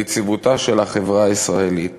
ליציבותה של החברה הישראלית.